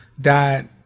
died